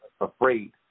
afraid